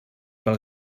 pel